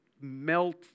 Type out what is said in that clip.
melt